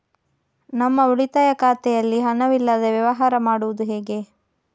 ನಮ್ಮ ಉಳಿತಾಯ ಖಾತೆಯಲ್ಲಿ ಹಣವಿಲ್ಲದೇ ವ್ಯವಹಾರ ಮಾಡುವುದು ಹೇಗೆ?